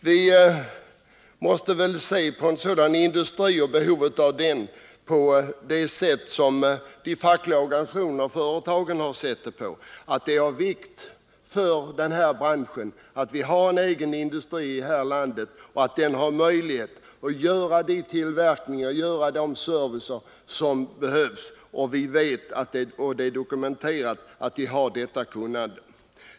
Vi måste väl se på en sådan här industri och behovet av den på samma sätt som de fackliga organisationerna och företagen har gjort. Det är av vikt för denna bransch att ha en egen industri här i landet, som har möjlighet att göra de tillverkningar och utföra den service som behövs. Vi vet — och det är dokumenterat — att industrin har detta kunnande.